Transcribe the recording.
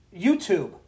YouTube